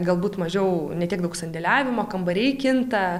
galbūt mažiau ne tiek daug sandėliavimo kambariai kinta